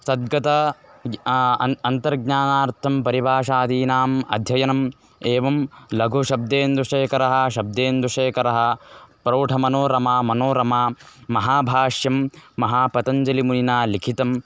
तद्गत गि अन् अन्तर्ज्ञानार्थं परिभाषादीनाम् अध्ययनम् एवं लघुशब्देन्दुशेखरः शब्देन्दुशेखरः प्रौढमनोरमा मनोरमा महाभाष्यं महापतञ्जलिमुनिना लिखितम्